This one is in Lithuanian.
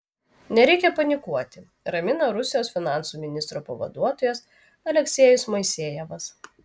nereikia panikuoti ramina rusijos finansų ministro pavaduotojas aleksejus moisejevas